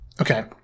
Okay